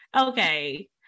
okay